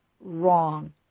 wrong